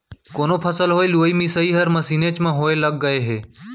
कोनो फसल होय लुवई मिसई हर मसीनेच म होय लग गय हे